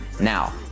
now